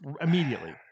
immediately